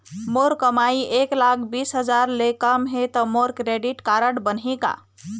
मोर कमाई एक लाख बीस हजार ले कम हे त मोर क्रेडिट कारड बनही का?